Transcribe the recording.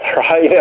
right